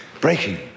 breaking